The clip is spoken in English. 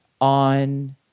on